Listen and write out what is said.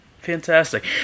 fantastic